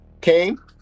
came